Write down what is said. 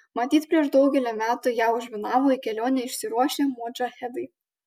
matyt prieš daugelį metų ją užminavo į kelionę išsiruošę modžahedai